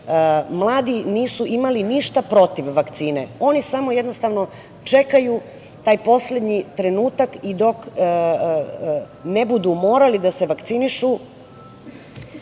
mladi nisu imali ništa protiv vakcine, oni samo jednostavno čekaju taj poslednji trenutak i dok ne budu morali da se vakcinišu